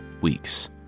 weeks